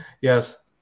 Yes